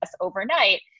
overnight